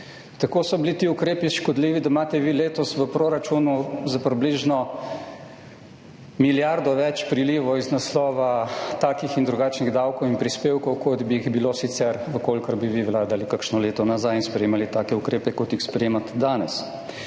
Tako so bili ti ukrepi škodljivi, da imate vi letos v proračunu za približno milijardo več prilivov iz naslova takih in drugačnih davkov in prispevkov, kot bi jih bilo sicer, v kolikor bi vi vladali kakšno leto nazaj in sprejemali take ukrepe, kot jih sprejemate danes.